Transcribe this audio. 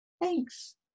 Thanks